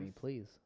please